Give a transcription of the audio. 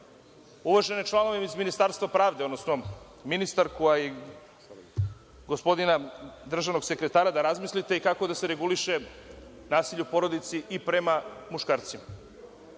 uvažene članove iz Ministarstva pravde, odnosno ministarku, a i gospodina državnog sekretara, da razmislite kako da se reguliše nasilje u porodici i prema muškarcima. Mi